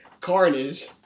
Carnage